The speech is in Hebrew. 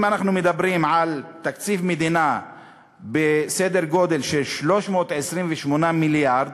אם אנחנו מדברים על תקציב מדינה בסדר גודל של 328 מיליארד,